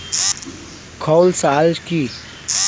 খৈল সার কি?